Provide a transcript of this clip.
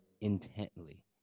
intently